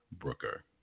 Brooker